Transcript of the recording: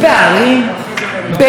בין מי למי?